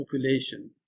population